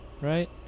right